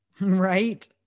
Right